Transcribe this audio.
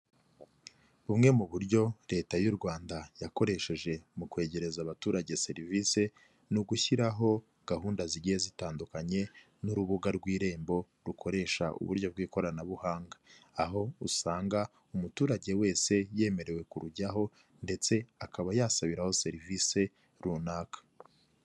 Bumwe mu buryo leta y'u Rwanda yakoresheje mu kwegereza abaturage serivise ni ugushyiraho gahunda zigiye zitandukanye n'urubuga rw'Irembo rukoresha uburyo bw'ikoranabuhanga, aho usanga umuturage wese yemerewe kurujyaho ndetse akaba yasabiraho serivise runaka.